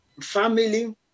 family